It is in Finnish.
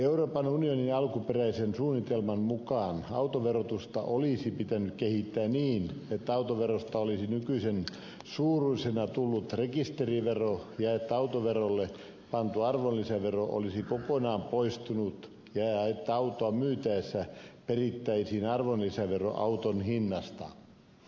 euroopan unionin alkuperäisen suunnitelman mukaan autoverotusta olisi pitänyt kehittää niin että autoverosta olisi nykyisen suuruisena tullut rekisterivero autoverolle pantu arvonlisävero olisi kokonaan poistunut ja autoa myytäessä perittäisiin arvonlisävero auton hinnasta